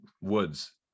woods